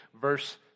Verse